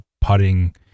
putting